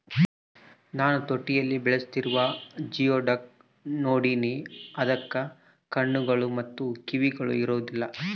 ನಾನು ತೊಟ್ಟಿಯಲ್ಲಿ ಬೆಳೆಸ್ತಿರುವ ಜಿಯೋಡುಕ್ ನೋಡಿನಿ, ಅದಕ್ಕ ಕಣ್ಣುಗಳು ಮತ್ತೆ ಕಿವಿಗಳು ಇರೊದಿಲ್ಲ